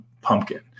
pumpkin